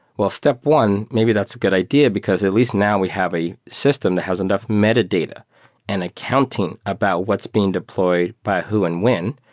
well, step one, maybe that's a good idea because at least now we have a system that has enough metadata and accounting about what's being deployed by who and when,